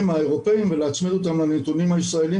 האירופאים ולהצמיד אותם לנתונים הישראלים.